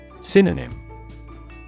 Synonym